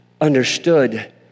understood